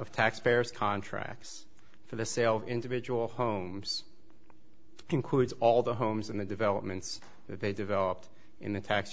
of taxpayers contracts for the sale of individual homes includes all the homes in the developments they developed in the tax